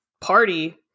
party